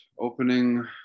opening